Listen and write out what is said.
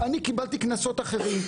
אני קיבלתי קנסות אחרים.